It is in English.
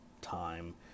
time